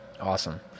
Awesome